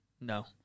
No